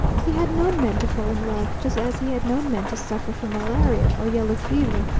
he had known men to fall in love, just as he had known men to suffer from malaria or yellow fever,